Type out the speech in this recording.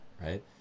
right